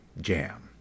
Jam